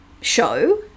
show